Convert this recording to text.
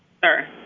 Sir